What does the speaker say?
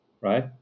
right